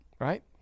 Right